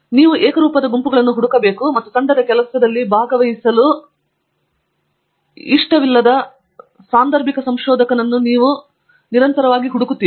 ನೀವು ಏಕರೂಪವಾಗಿ ಗುಂಪುಗಳನ್ನು ಹುಡುಕುತ್ತೀರಿ ಮತ್ತು ತಂಡದ ಕೆಲಸದಲ್ಲಿ ಭಾಗವಹಿಸಲು ಇಷ್ಟವಿಲ್ಲದ ಸಾಂದರ್ಭಿಕ ಸಂಶೋಧಕನನ್ನು ನೀವು ನಿರಂತರವಾಗಿ ಹುಡುಕುತ್ತೀರಿ